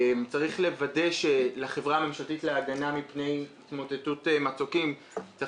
צריך לוודא ולתת לחברה הממשלתית להגנה מפני התמוטטות מצוקים גם